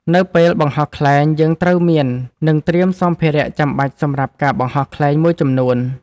នៅពេលបង្ហោះខ្លែង យើងត្រូវមាន និងត្រៀមសម្ភារៈចាំបាច់សម្រាប់ការបង្ហោះខ្លែងមួយចំនួន។